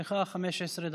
יש לך 15 דקות.